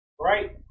Right